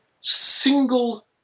single